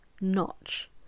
notch